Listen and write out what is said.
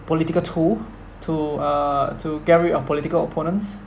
political tool to uh to get rid of political opponents